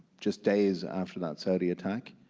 just days after that saudi attack